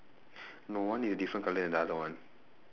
no one is different colour than the other one